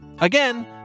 Again